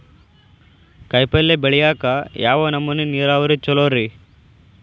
ಕಾಯಿಪಲ್ಯ ಬೆಳಿಯಾಕ ಯಾವ ನಮೂನಿ ನೇರಾವರಿ ಛಲೋ ರಿ?